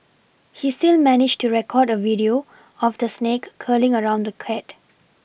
he still managed to record a video of the snake curling around the cat